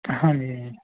ਹਾਂਜੀ